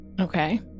Okay